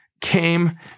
came